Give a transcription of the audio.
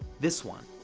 this one.